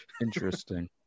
interesting